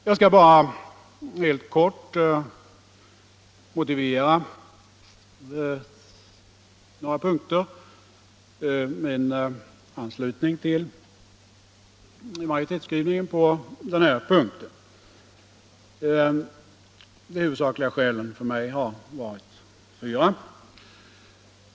Jag skall bara helt kort motivera min anslutning till utskottsmajoritetens skrivning på den här punkten. De huvudsakliga skälen för mig har varit fyra.